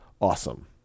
awesome